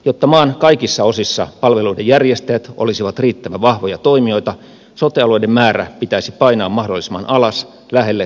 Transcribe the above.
jotta maan kaikissa osissa palveluiden järjestäjät olisivat riittävän vahvoja toimijoita sote alueiden määrä pitäisi painaa mahdollisimman alas lähelle kahtakymmentä